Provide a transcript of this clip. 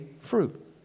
fruit